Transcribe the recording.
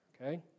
Okay